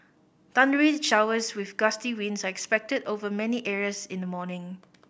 thundery showers with gusty winds are expected over many areas in the morning